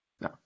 No